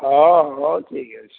ହଉ ହଉ ହଉ ଠିକ୍ ଅଛି